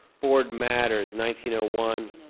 board matters one you know one